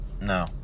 No